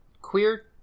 queer